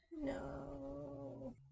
No